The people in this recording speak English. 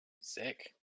sick